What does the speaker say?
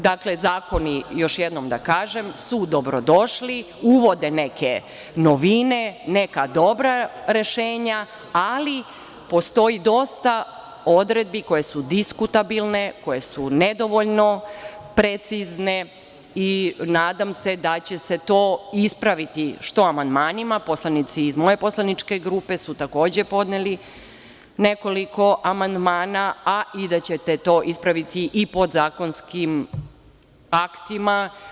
Dakle, zakoni su, još jednom da kažem, dobrodošli, uvode neke novine, neka dobra rešenja, ali postoji dosta odredbi koje su diskutabilne, koje su nedovoljno precizne i nadam se da će se to ispraviti, što amandmanima, poslanici iz moje poslaničke grupe su takođe podneli nekoliko amandmana, a i da ćete to ispraviti i podzakonskim aktima.